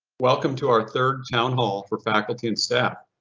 welcome to our third town hall for faculty and staff.